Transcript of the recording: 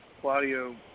Claudio